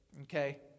Okay